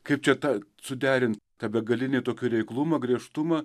kaip čia tą suderint tą begalinį tokį reiklumą griežtumą